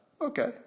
okay